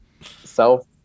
self